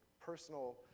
personal